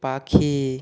পাখি